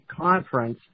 conference